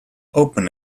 open